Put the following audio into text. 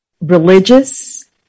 religious